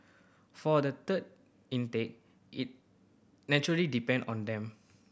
for the third intake it natural depend on them